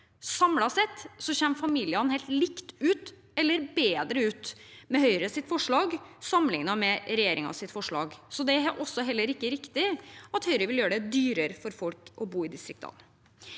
Samlet sett kommer familiene helt likt ut eller bedre ut med Høyres forslag sammenlignet med regjeringens forslag. Så det er ikke riktig at Høyre vil gjøre det dyrere for folk å bo i distriktene.